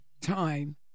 time